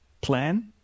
plan